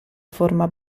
forma